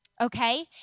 Okay